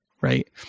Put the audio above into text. Right